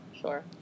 Sure